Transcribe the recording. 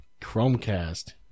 Chromecast